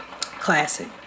Classic